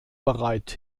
bereit